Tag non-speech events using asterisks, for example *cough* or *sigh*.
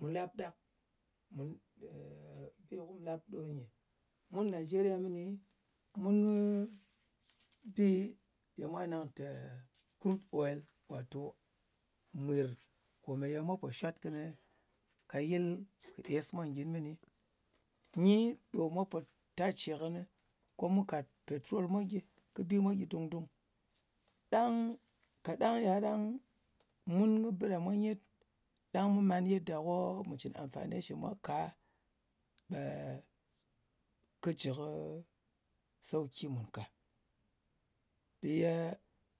Mu lap ɗak. *hesitation* Bi kum mu lap ɗo nyɨ. Mun najeriya mɨni mun kɨ bi mwa nang tè crude oil. Wato mwir komeye mwa pò shwat kɨnɨ ka yɨl kɨ es mwa ngyin mɨni. Nyi ɗo mwa po tace kɨnɨ, ko mu kat petrol mwa gyɨ, kɨ bi mwa gyɨ dung-dung. Ɗang kaɗang ya ɗang mun kɨ bɨ ɗa mwa nyet, ɗang mu man yedda ko mu cɨn amfani shi mwa ka, ɓe kɨ jɨ kɨ sauki mùn ka. Mpi ye